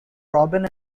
robin